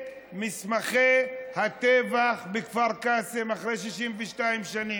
מסמכי הטבח בכפר קאסם אחרי 62 שנים.